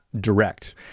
direct